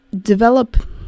develop